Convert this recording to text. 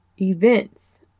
events